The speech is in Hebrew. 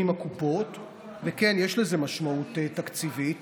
כדי שיהיה יותר קל מבחינת יכולת,